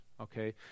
okay